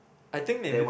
I think maybe